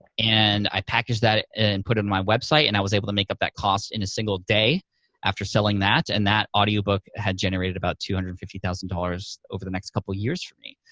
and i packaged that and put it on my website and i was able to make up that cost in a single day after selling that, and that audiobook had generated about two hundred and fifty thousand dollars over the next couple years for me.